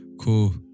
Cool